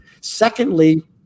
Secondly